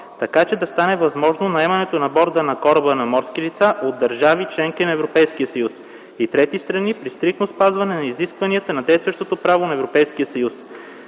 така че да стане възможно наемането на борда на кораба на морски лица от държави - членки на Европейския съюз, и трети страни, при стриктно спазване на изискванията на действащото право на Европейския съюз.